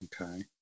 okay